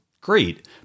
great